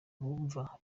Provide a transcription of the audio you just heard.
bumva